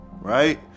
Right